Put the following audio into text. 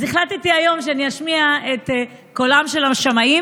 אז החלטתי היום שאני אשמיע את קולם של השמאים